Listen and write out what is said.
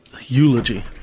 Eulogy